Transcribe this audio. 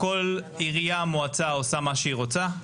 כל עירייה או מועצה עושה מה שהיא רוצה.